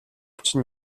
чинь